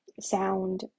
sound